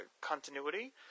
continuity